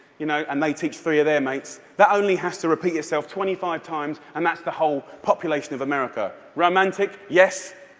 you know and they teach three of their mates, that only has to repeat itself twenty five times, and that's the whole population of america. romantic, yes,